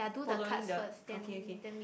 following the okay okay